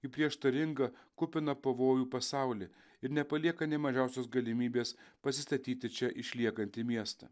į prieštaringą kupiną pavojų pasaulį ir nepalieka nė mažiausios galimybės pasistatyti čia išliekantį miestą